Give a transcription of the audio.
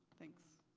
thanks.